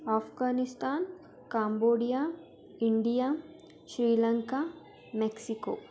Afghanistan Cambodia India Sri Lanka Mexico